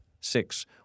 Six